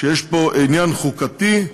שיש פה עניין חוקתי,